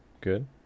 good